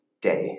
day